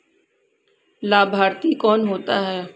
लाभार्थी कौन होता है?